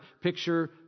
Picture